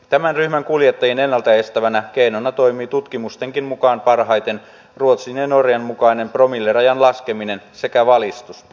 tämän ryhmän kuljettajien ennalta estävänä keinona toimii tutkimustenkin mukaan parhaiten ruotsin ja norjan mukainen promillerajan laskeminen sekä valistus